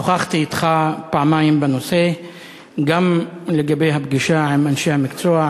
שוחחתי אתך פעמיים בנושא גם לגבי הפגישה עם אנשי המקצוע,